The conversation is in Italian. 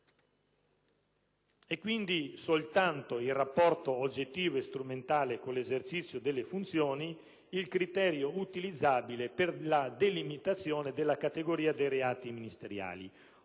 Quindi, soltanto il rapporto oggettivo e strumentale con l'esercizio delle funzioni è il criterio utilizzabile per la delimitazione della categoria dei reati ministeriali.